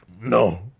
no